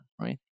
right